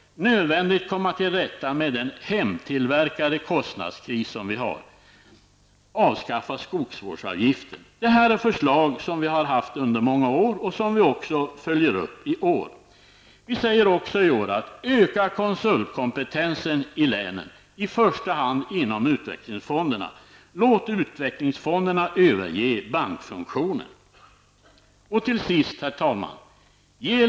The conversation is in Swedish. Det är nödvändigt att komma till rätta med den hemmatillverkade kostnadskris som vi har. Detta är förslag som vi har haft under många år och som vi också följer upp i år. Vi säger också i år att konsultkompetensen i länen, i första hand inom utvecklingsfonderna, bör öka. Låt utvecklingsfonderna överge bankfunktionen. Herr talman!